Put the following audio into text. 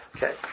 Okay